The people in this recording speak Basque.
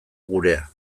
gurea